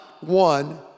one